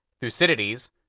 Thucydides